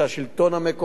את הארגון הזה,